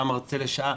בא מרצה לשעה.